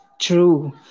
True